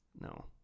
No